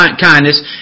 kindness